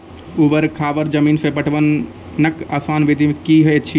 ऊवर खाबड़ जमीन मे पटवनक आसान विधि की ऐछि?